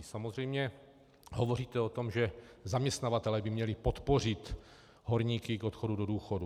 Samozřejmě hovoříte o tom, že zaměstnavatelé by měli podpořit horníky k odchodu do důchodu.